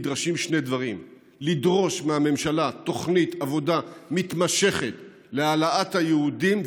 נדרשים שני דברים: לדרוש מהממשלה תוכנית עבודה מתמשכת להעלאת היהודים,